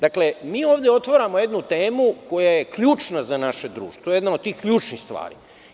Dakle, mi ovde otvaramo jednu temu koja je ključna za naše društvo, jedna od tih ključnih stvari.